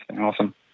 Awesome